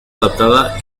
adaptada